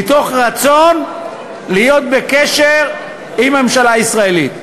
מתוך רצון להיות בקשר עם הממשלה הישראלית.